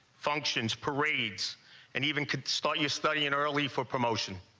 functions, parades and even could start you study in early for promotion.